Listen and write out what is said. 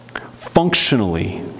Functionally